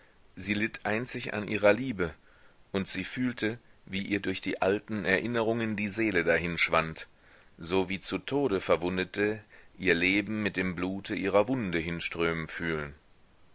sie litt einzig an ihrer liebe und sie fühlte wie ihr durch die alten erinnerungen die seele dahinschwand so wie zu tode verwundete ihr leben mit dem blute ihrer wunde hinströmen fühlen